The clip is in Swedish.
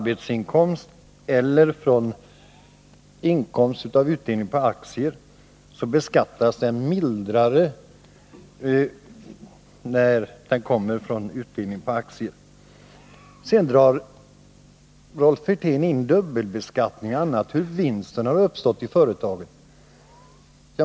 beskattas mildare om den kommer från utdelning av aktier än om den kommer från arbetsinkomst. Sedan drar Rolf Wirtén in dubbelbeskattningen och hur vinsten uppstått i företaget.